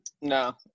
No